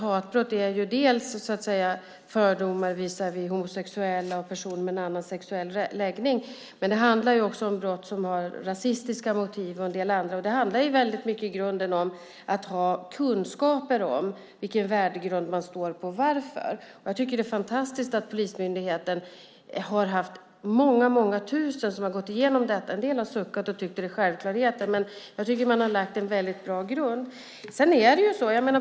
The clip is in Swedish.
Hatbrott begås ju delvis på grund av fördomar visavi homosexuella och personer med annan sexuell läggning, men det handlar också om brott som har rasistiska motiv och en del andra. Det handlar i grunden om att ha kunskaper om vilken värdegrund man står på och varför. Jag tycker att det är fantastiskt att polismyndigheten har haft många tusen som har gått igenom denna utbildning. En del har suckat och tyckt att det är självklarheter, men jag tycker att det är en väldigt bra grund.